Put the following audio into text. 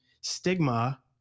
stigma